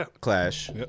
clash